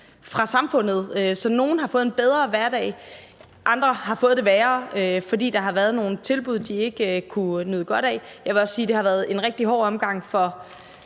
fra samfundet. Så nogle har fået en bedre hverdag, mens andre har fået det værre, fordi der har været nogle tilbud, de ikke har kunnet nyde godt af. Jeg vil også sige, at det har været en rigtig hård omgang for